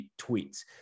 tweets